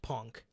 Punk